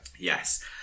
Yes